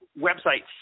website